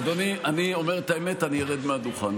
אדוני, אני אומר את האמת, אני ארד מהדוכן.